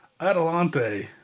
Adelante